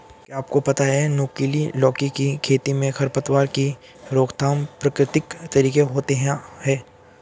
क्या आपको पता है नुकीली लौकी की खेती में खरपतवार की रोकथाम प्रकृतिक तरीके होता है?